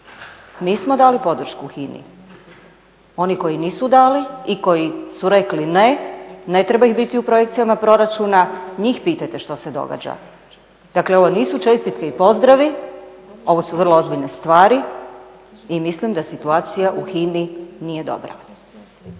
Mi smo dali podršku HINA-i, oni koji nisu dali i koji su rekli ne, ne treba ih biti u projekcijama proračuna njih pitajte što se događa. Dakle, ovo nisu čestitke i pozdravi, ovo su vrlo ozbiljne stvari i mislim da situacija u HINA-i nije dobra.